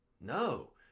No